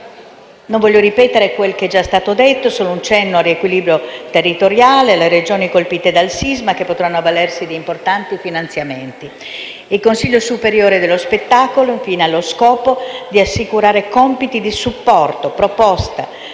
Non voglio ripetere quello che è già stato detto, ma farò solo un cenno al riequilibrio territoriale: le Regioni colpite dal sisma potranno avvalersi di importanti finanziamenti. Il Consiglio superiore dello spettacolo, infine, ha lo scopo di assicurare compiti di supporto e proposte